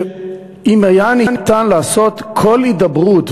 שאם היה ניתן לעשות כל הידברות,